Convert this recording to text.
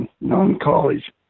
non-college